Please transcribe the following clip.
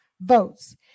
votes